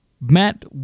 Matt